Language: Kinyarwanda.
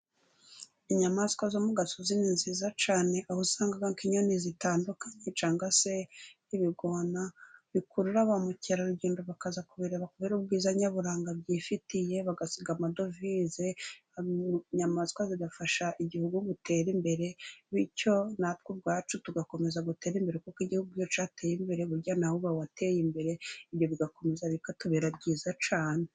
Inyamaswa zo mu gasozi ni nziza cyane, aho usanga nk' inyoni zitandukanye cyangwa se nk' ibigona bikurura ba mukerarugendo, bakaza kubireba ubwiza nyaburanga byifitiye bagasiga amadovize, inyamaswa zifasha igihugu gutera imbere, bityo natwe ubwacu tugakomeza gutera imbere, kuko igihugu cyacu cateye imbere, burya nawe uba wateye imbere, ibyo bigakomeza bikatubera byiza cyane.